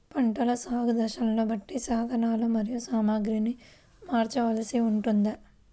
పంటల సాగు దశలను బట్టి సాధనలు మరియు సామాగ్రిని మార్చవలసి ఉంటుందా?